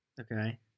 Okay